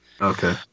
Okay